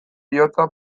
bihotza